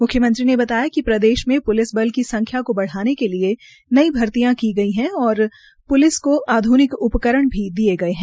म्ख्यमंत्री ने बताया कि प्रदेश में प्लिस बल की संख्या के लिये नई भर्तियां की है और पुलिस को आधुनिक उपकरण भी दिये है